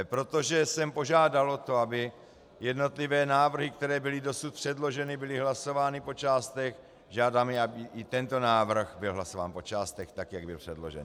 Protože jsem požádal o to, aby jednotlivé návrhy, které byly dosud předloženy, byly hlasovány po částech, žádám, aby i tento návrh byl hlasován po částech tak, jak byl předložen.